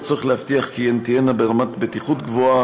והצורך להבטיח כי הן ברמת בטיחות גבוהה,